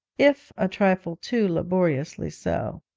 if a trifle too laboriously so,